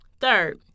Third